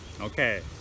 Okay